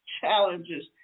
challenges